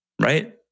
Right